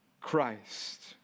Christ